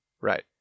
Right